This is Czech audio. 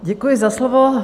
Děkuji za slovo.